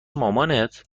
مامانت